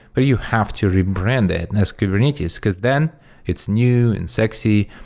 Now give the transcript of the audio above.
but you have to rebrand it and as kubernetes, because then it's new and sexy,